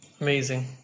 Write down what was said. Amazing